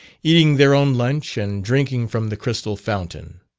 eating their own lunch, and drinking from the crystal fountain.